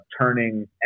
turning